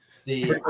See